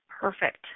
perfect